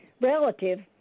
relative